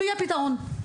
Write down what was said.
ויהיה פתרון.